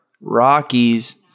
Rockies